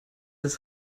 das